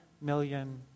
million